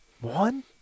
One